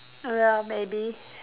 ya maybe